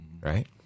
Right